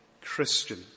Christian